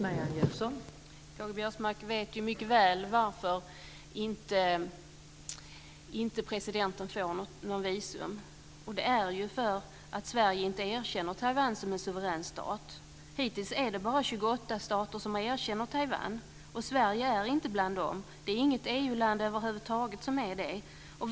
Fru talman! K-G Biörsmark vet mycket väl varför Taiwans president inte får visum. Sverige erkänner inte Taiwan som en suverän stat. Hittills är det bara 28 stater som erkänner Taiwan, och Sverige är inte bland dem. Inget EU-land över huvud taget är bland dem.